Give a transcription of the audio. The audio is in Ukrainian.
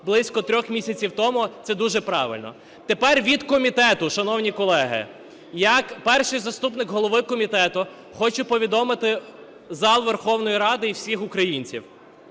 близько трьох місяців тому. Це дуже правильно. Тепер від комітету, шановні колеги. Як перший заступник голови комітету хочу повідомити зал Верховної Ради і всіх українців.